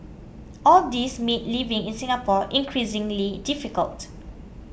all these made living in Singapore increasingly difficult